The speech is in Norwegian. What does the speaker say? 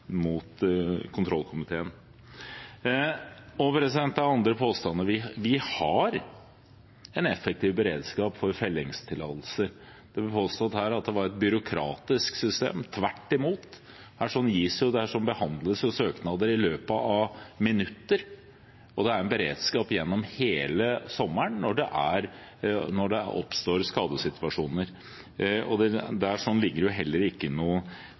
mot kontrollkomiteen. Til andre påstander: Vi har en effektiv beredskap for fellingstillatelser. Det blir påstått her at det er et byråkratisk system. Tvert imot. Søknader behandles jo i løpet av minutter, og det er en beredskap gjennom hele sommeren når det oppstår skadesituasjoner. Det er heller ikke